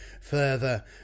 further